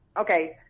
Okay